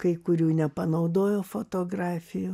kai kurių nepanaudojo fotografijų